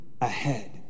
ahead